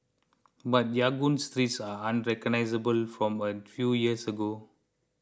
but Yangon's streets are unrecognisable from a few years ago